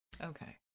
Okay